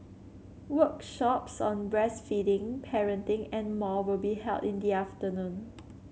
workshops on breastfeeding parenting and more will be held in the afternoon